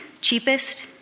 cheapest